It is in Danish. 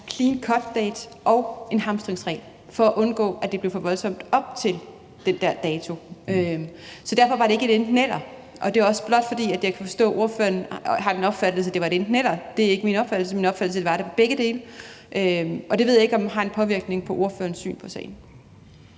clean cut-date og en hamstringsregel for at undgå, at det blev for voldsomt op til den der dato. Så derfor var det ikke et enten-eller. Det er også blot, fordi jeg kan forstå, at ordføreren har en opfattelse af, at det var et enten-eller. Det er ikke min opfattelse; min opfattelse var, at det var begge dele, og jeg ved ikke, om det påvirker ordførerens syn på sagen.